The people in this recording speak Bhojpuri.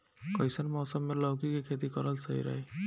कइसन मौसम मे लौकी के खेती करल सही रही?